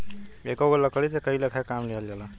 एकेगो लकड़ी से कई लेखा के काम लिहल जाला